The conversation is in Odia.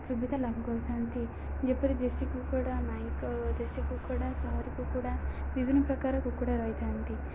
ସୁବିଧା ଲାଭ କରିଥାନ୍ତି ଯେପରି ଦେଶୀ କୁକୁଡ଼ା ମାଇ ଦେଶୀ କୁକୁଡ଼ା ସହରୀ କୁକୁଡ଼ା ବିଭିନ୍ନ ପ୍ରକାର କୁକୁଡ଼ା ରହିଥାନ୍ତି